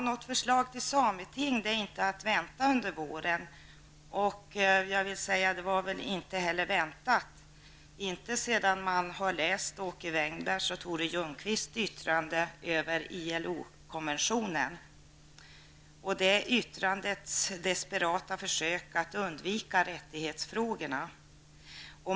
Något förslag till sameting är inte att vänta under våren. Något sådant var väl inte heller att vänta sedan man läst Åke Wängbergs och Tore Ljungqvists yttrande över ILO-konventionen och konstaterat hur man där desperat försöker undvika rättighetsfrågorna.